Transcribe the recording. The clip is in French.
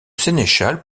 sénéchal